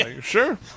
Sure